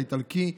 האיטלקי,